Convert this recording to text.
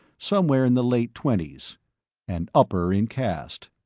somewhere in the late twenties an upper in caste.